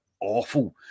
awful